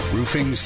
Roofing